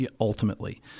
ultimately